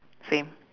same